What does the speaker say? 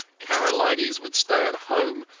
karolides would stay at home,